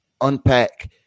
unpack